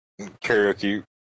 karaoke